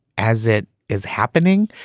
as it is happening,